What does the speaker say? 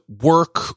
work